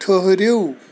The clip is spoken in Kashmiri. ٹھہرو